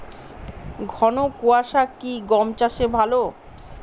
ঘন কোয়াশা কি গম চাষে ভালো?